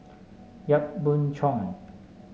Yap Boon Chuan